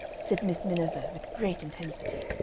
said miss miniver, with great intensity.